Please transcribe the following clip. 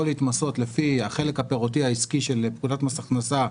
להתמסות לפי החלק הפירותי העסקי של פקודת מס הכנסה,